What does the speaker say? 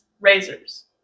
Razors